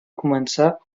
començar